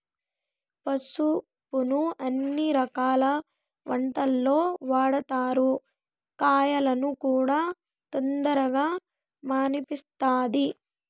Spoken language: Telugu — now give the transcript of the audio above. పసుపును అన్ని రకాల వంటలల్లో వాడతారు, గాయాలను కూడా తొందరగా మాన్పిస్తది